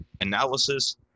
analysis